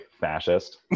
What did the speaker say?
fascist